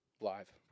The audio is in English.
Live